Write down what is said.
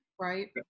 Right